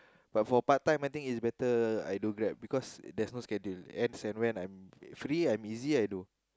but for part-time I think it's better I do Grab because there is no schedule as in when I free I busy I do